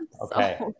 Okay